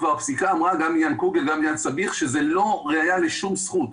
הפסיקה אמרה שזאת לא ראיה לשום זכות.